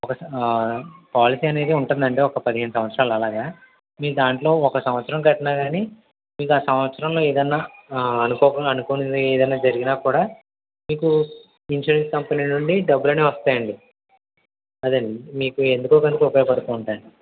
ఒక పాలసీ అనేది ఉంటుందండి ఒక పదిహేను సంవత్సరాలు అలాగా మీరు దాంట్లో ఒక సంవత్సరం కట్టినా కాని మీకు ఆ సంవత్సరంలో ఏదన్నా అనుకోకుండా అనుకోనివి ఏదైనా జరిగినా కూడా మీకు ఇన్స్యూరెన్స్ కంపెనీ నుండి డబ్బులనేవి వస్తాయండి అదండీ మీకు ఎందుకో అందుకు ఉపయోగపడుతుంటాయండి